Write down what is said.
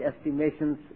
estimations